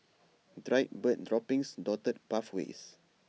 dried bird droppings dotted pathways